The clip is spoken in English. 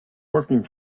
working